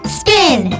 spin